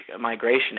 migration